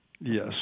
yes